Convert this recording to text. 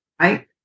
right